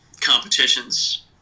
competitions